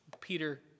Peter